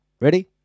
Ready